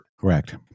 Correct